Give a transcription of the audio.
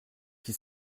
qui